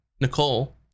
Nicole